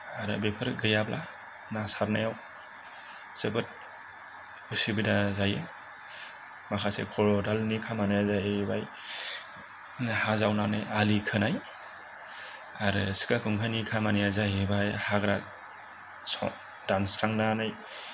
आरो बेफोर गैयाबा ना सारनायाव जोबोद असुबिदा जायो माखासे खदालनि खामानिया जाहैबाय हा जावनानै आलि खोनाय आरो सिखा खंखाइनि खामानिया जाहैबाय हाग्रा दानस्रांनानै